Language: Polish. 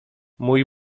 mój